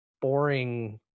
boring